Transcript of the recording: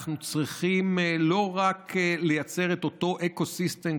אנחנו צריכים לא רק לייצר את אותו אקו-סיסטם,